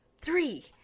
Three